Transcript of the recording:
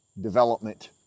development